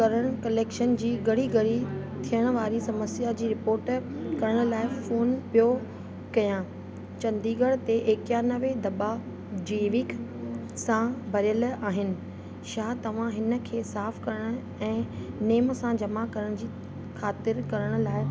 करणु कलैक्शन जी घड़ी घड़ी थेअण वारी समस्या जी रिपोट करण लाइ फोन पियो कयां चंदीगड़ ते एकानवे दॿा जेविक सां भरियलु आहिनि छा तव्हां हिन खे साफ़ करणु ऐं नेम सां जमा करण ख़ातिर करण लाइ